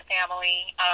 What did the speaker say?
family